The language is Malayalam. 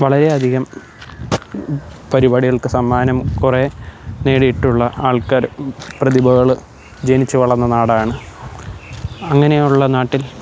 വളരെയധികം പരിപാടികൾക്കു സമ്മാനം കുറേ നേടിയിട്ടുള്ള ആള്ക്കാര് പ്രതിഭകൾ ജനിച്ചു വളർന്ന നാടാണ് അങ്ങനെയുള്ള നാട്ടില്